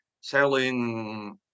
selling